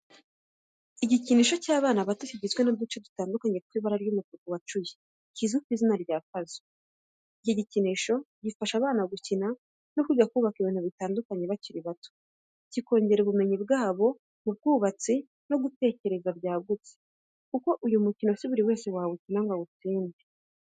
Igikinisho cy’abana bato kigizwe n’uduce dutandukanye tw’ibara ry'umutuku wacuye kizwi ku izina rya pazo geyime. Iki gikinisho gifasha abana gukina no kwiga kubaka ibintu bitandukanye bakiri bato, kikongera ubumenyi bwabo mu bwubatsi no gutekereza byagutse kuko uyu mukino si buri wese wawukina ngo awutsinde.